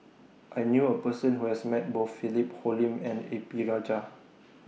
I knew A Person Who has Met Both Philip Hoalim and A P Rajah